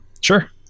Sure